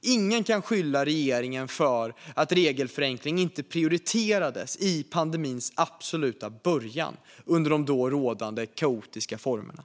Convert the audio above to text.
Ingen kan skylla regeringen för att regelförenkling inte prioriterades i pandemins absoluta början, under de då rådande kaotiska formerna.